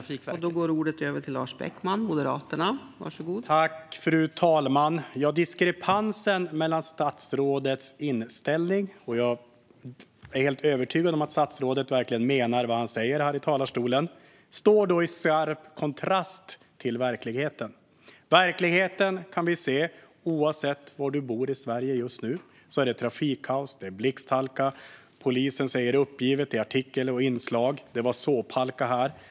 Fru talman! Statsrådets inställning - jag är helt övertygad om att statsrådet verkligen menar vad han säger här i talarstolen - står då i skarp kontrast till verkligheten. Verkligheten kan vi se, oavsett var vi bor i Sverige. Just nu är det trafikkaos. Det är blixthalka. Polisen säger uppgivet i artiklar och inslag: Det var såphalka här.